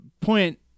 point